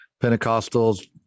Pentecostals